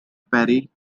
parry